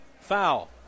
foul